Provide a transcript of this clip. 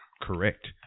Correct